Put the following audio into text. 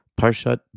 Parshat